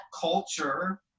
culture